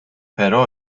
però